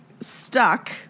stuck